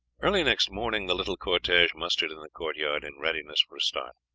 early next morning the little cortege mustered in the court-yard in readiness for a start.